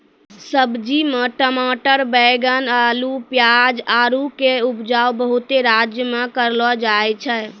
सब्जी मे टमाटर बैगन अल्लू पियाज आरु के उपजा बहुते राज्य मे करलो जाय छै